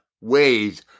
ways